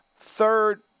Third